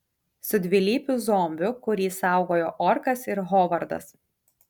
su dvilypiu zombiu kurį saugojo orkas ir hovardas